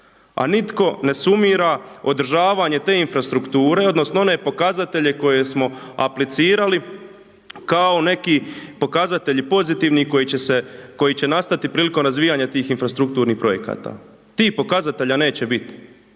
A nitko ne sumira održavanje te infrastrukture odnosno one pokazatelje koje smo aplicirali kao neki pokazatelji pozitivni i koji će se, koji će nastati prilikom razvijanja tih infrastrukturnih projekata. Tih pokazatelja neće biti.